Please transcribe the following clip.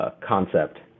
concept